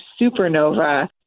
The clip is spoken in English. supernova